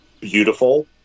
beautiful